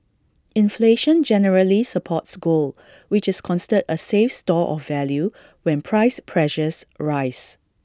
inflation generally supports gold which is considered A safe store of value when price pressures rise